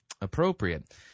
appropriate